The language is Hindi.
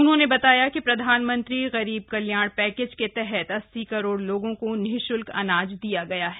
उन्होंने बताया कि प्रधानमंत्री गरीब कल्याण पैकेज के तहत अस्सी करोड लोगों को निः शुल्क अनाज दिया गया है